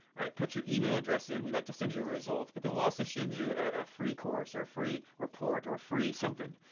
put your email address in and we'd like to send you your results, but then we'll also send you a free course, or free report, or a free something.